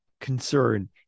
concern